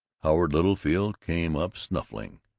howard littlefield came up snuffling.